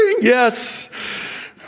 yes